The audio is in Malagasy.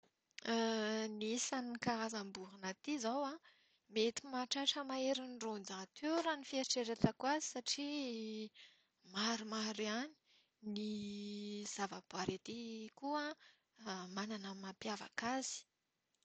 Ny isan'ny karazam-borona aty izao mety mahatratra maherin'ny roanjato eo raha ny fieritreretako azy satria maromaro ihany. Ny zavaboary aty koa moa manana ny mampiavaka azy.